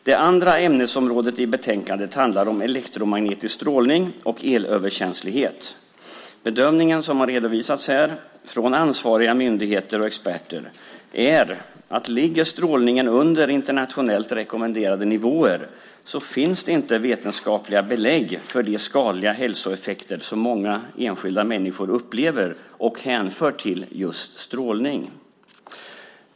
Det andra ämnesområdet i betänkandet handlar om elektromagnetisk strålning och elöverkänslighet. Bedömningen av ansvariga myndigheter och experter, som har redovisats här, är att om strålningen ligger under internationellt rekommenderade nivåer finns det inga vetenskapliga belägg för de skadliga hälsoeffekter som många enskilda människor upplever och hänför till just strålning.